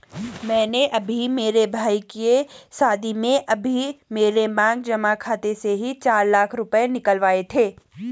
मैंने अभी मेरे भाई के शादी में अभी मेरे मांग जमा खाते से ही चार लाख रुपए निकलवाए थे